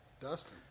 Dustin